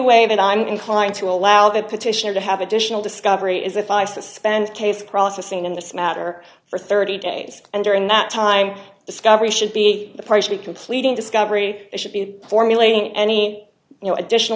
way that i'm inclined to allow the petitioner to have additional discovery is if i suspend case processing in this matter for thirty days and during that time discovery should be partially completing discovery should be formulating any additional